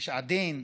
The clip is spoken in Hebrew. איש עדין,